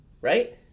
right